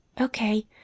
Okay